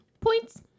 Points